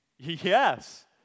Yes